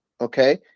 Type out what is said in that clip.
Okay